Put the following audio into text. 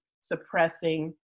suppressing